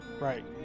Right